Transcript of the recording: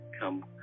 come